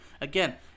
Again